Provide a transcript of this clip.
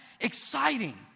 exciting